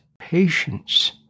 patience